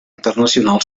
internacional